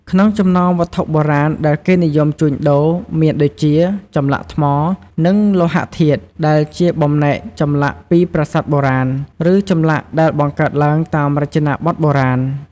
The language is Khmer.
ក្នុងចំណោមវត្ថុបុរាណដែលគេនិយមជួញដូរ មានដូចជា ចម្លាក់ថ្ម និងលោហៈធាតុ ដែលជាបំណែកចម្លាក់ពីប្រាសាទបុរាណ ឬចម្លាក់ដែលបង្កើតឡើងតាមរចនាបថបុរាណ។